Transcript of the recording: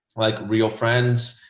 like real friends